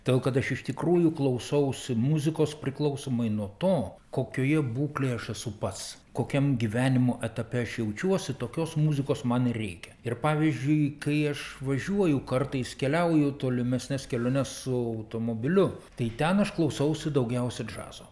todėl kad aš iš tikrųjų klausausi muzikos priklausomai nuo to kokioje būklėje aš esu pats kokiam gyvenimo etape aš jaučiuosi tokios muzikos man reikia ir pavyzdžiui kai aš važiuoju kartais keliauju tolimesnes keliones su automobiliu tai ten aš klausausi daugiausiai džiazo